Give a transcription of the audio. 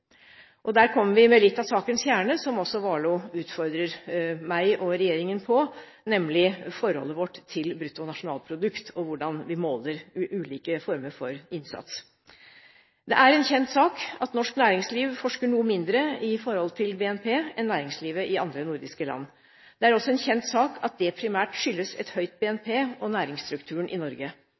Og der kommer vi til litt av sakens kjerne, som også Warloe utfordrer meg og regjeringen på, nemlig forholdet vårt til bruttonasjonalprodukt og hvordan vi måler ulike former for innsats. Det er en kjent sak at norsk næringsliv forsker noe mindre i forhold til BNP enn næringslivet i andre nordiske land. Det er også en kjent sak at det primært skyldes et høyt BNP og næringsstrukturen i Norge.